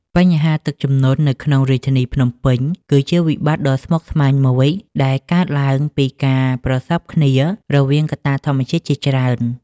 បញ្ហាទឹកជំនន់នៅក្នុងរាជធានីភ្នំពេញ គឺជាវិបត្តិដ៏ស្មុគស្មាញមួយដែលកើតឡើងពីការប្រសព្វគ្នារវាងកត្តាធម្មជាតិជាច្រើន។